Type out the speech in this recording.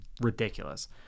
ridiculous